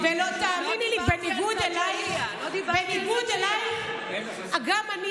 תאמיני לי, בניגוד אלייך, לא דיברתי על בשג'אעיה.